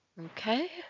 okay